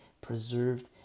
preserved